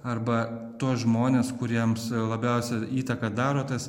arba tuos žmones kuriems labiausia įtaką daro tas